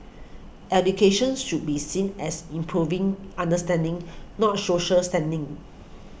education should be seen as improving understanding not social standing